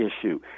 issue